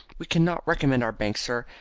we cannot recommend our bank, sir,